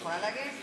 אני יכולה להגיד?